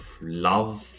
love